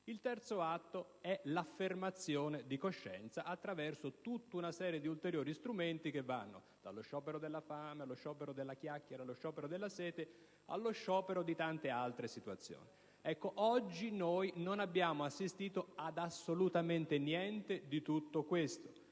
il terzo atto è l'affermazione di coscienza attraverso tutta una serie di ulteriori strumenti, che vanno dallo sciopero della fame allo sciopero della chiacchiera, dallo sciopero della sete allo sciopero di tante altre situazioni. Oggi noi non abbiamo assistito assolutamente a niente di tutto questo.